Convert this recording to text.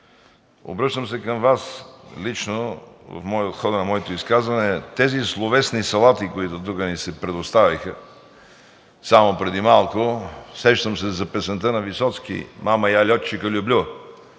обръщам се към Вас лично в хода на моето изказване, тези словесни салати, които тук ни се предоставиха само преди малко, сещам се песента на Висоцки „Мама, я лётчика люблю“